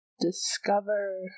Discover